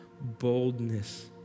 boldness